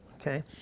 okay